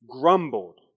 grumbled